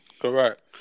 Correct